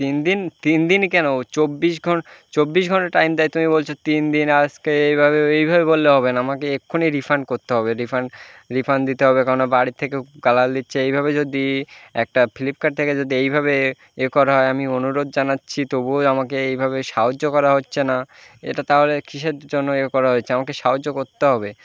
তিন দিন তিন দিন কেনো চব্বিশ ঘন্টা চব্বিশ ঘন্টা টাইম দেয় তুমি বলছো তিন দিন আজকে এইভাবে এইভাবে বললে হবে না আমাকে এক্ষুনি রিফান্ড করতে হবে রিফান্ড রিফান্ড দিতে হবে কেননা বাড়ি থেকে গালাগাল দিচ্ছে এইভাবে যদি একটা ফ্লিপকার্ট থেকে যদি এইভাবে এ এ করা হয় আমি অনুরোধ জানাচ্ছি তবুও আমাকে এইভাবে সাহায্য করা হচ্ছে না এটা তাহলে কীসের জন্য এ করা হয়েছে আমাকে সাহায্য করতে হবে